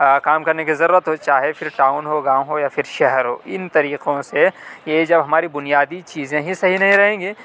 کام کرنے کی ضرورت ہو چاہے پھر ٹاؤن ہو گاؤں ہو یا پھر شہر ہو ان طریقوں سے یہ جب ہماری بنیادی چیزیں ہی صحیح نہیں رہیں گی